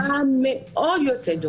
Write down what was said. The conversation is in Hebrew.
זאת הערה מאוד יוצאת דופן.